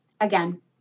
Again